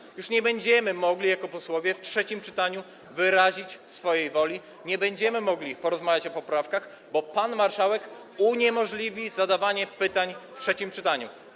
Jako posłowie nie będziemy już mogli w trzecim czytaniu wyrazić swojej woli, nie będziemy mogli porozmawiać o poprawkach, bo pan marszałek uniemożliwi zadawanie pytań w trzecim czytaniu.